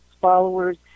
followers